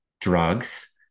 drugs